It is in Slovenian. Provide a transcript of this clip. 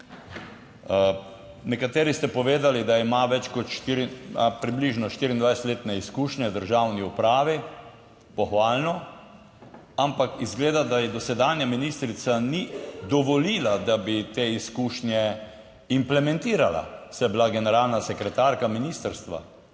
nekateri ste povedali, da ima več kot štiri, približno 24-letne izkušnje v državni upravi, pohvalno, ampak izgleda, da ji dosedanja ministrica ni dovolila, da bi te izkušnje implementirala, saj je bila generalna sekretarka ministrstva,